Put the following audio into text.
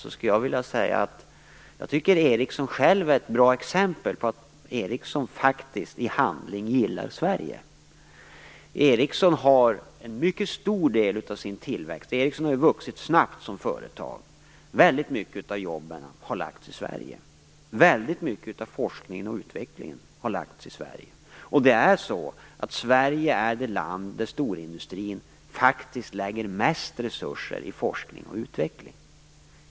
Där tycker jag att Ericsson självt är ett bra exempel på att man faktiskt i handling gillar Sverige. Ericsson har ju vuxit snabbt som företag och många av jobben har lagts i Sverige. Väldigt mycket av forskningen och utvecklingen har lagts i Sverige. Sverige är det land där storindustrin faktiskt lägger mest resurser på forskning och utveckling.